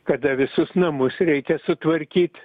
kada visus namus reikia sutvarkyt